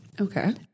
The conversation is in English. Okay